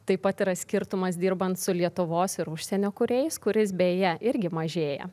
taip pat yra skirtumas dirbant su lietuvos ir užsienio kūrėjais kuris beje irgi mažėja